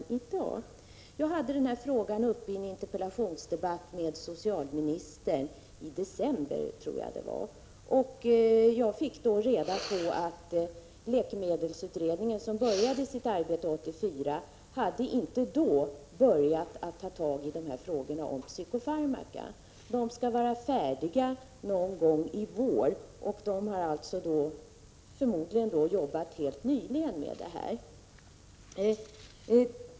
Jag tog upp denna fråga i en interpellationsdebatt med socialministern i december 1986. Jag fick reda på att läkemedelsutredningen, som började sitt arbete 1984, inte då hade börjat att ta tag i frågorna om psykofarmaka. Utredningen skall vara färdig någon gång i vår. Den har förmodligen helt nyligen arbetat med dessa frågor.